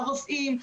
לרופאים,